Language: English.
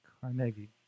Carnegie